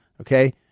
Okay